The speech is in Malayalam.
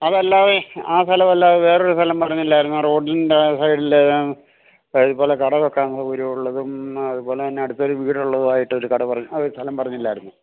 അതല്ലാതെ ആ സ്ഥലം അല്ലാതെ വേറൊരു സ്ഥലം പറഞ്ഞില്ലായിരുന്നോ റോഡിൻ്റെ സൈഡിൽ ഇതുപോലെ കട വയ്ക്കാൻ സൗകര്യം ഉള്ളതും അതുപോലെ തന്നെ അടുത്തൊരു വീടുള്ളതു ആയിട്ടൊരു കട പറഞ്ഞ് അത് സ്ഥലം പറഞ്ഞില്ലായിരുന്നോ